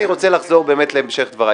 הצלחת הליכוד זה הצלחת המדינה,